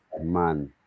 man